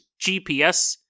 GPS